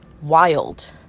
wild